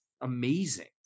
amazing